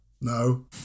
No